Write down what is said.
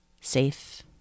safe